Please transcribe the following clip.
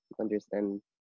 understand